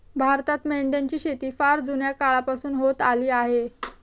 भारतात मेंढ्यांची शेती फार जुन्या काळापासून होत आली आहे